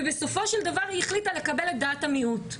ובסופו של דבר היא החליטה לקבל את דעת המיעוט.